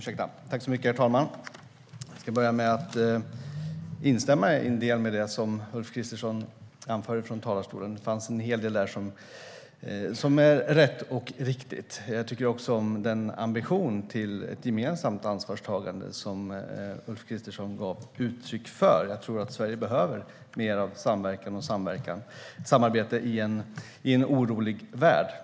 Herr talman! Jag ska börja med att instämma i en del av det som Ulf Kristersson anför. Det finns en hel del där som är rätt och riktigt. Jag tycker också om den ambition till gemensamt ansvarstagande som Ulf Kristersson gav uttryck för. Jag tror att Sverige behöver mer av samverkan och samarbete i en orolig värld.